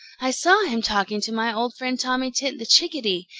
i saw him talking to my old friend tommy tit the chickadee,